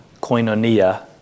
koinonia